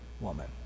woman